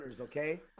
okay